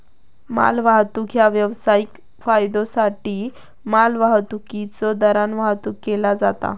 मालवाहतूक ह्या व्यावसायिक फायद्योसाठी मालवाहतुकीच्यो दरान वाहतुक केला जाता